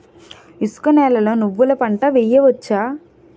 ఇసుక నేలలో నువ్వుల పంట వేయవచ్చా?